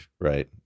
Right